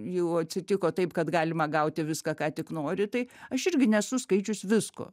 jau atsitiko taip kad galima gauti viską ką tik nori tai aš irgi nesu skaičius visko